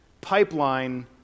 pipeline